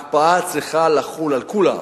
הקפאה צריכה לחול על כולם.